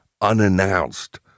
unannounced